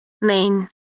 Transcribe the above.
main